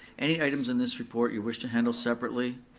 any items in this report you wish to handle separately?